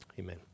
Amen